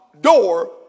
door